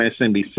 MSNBC